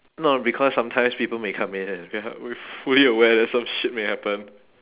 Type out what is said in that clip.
no because sometimes people may come in and we're not we're fully aware that some shit may happen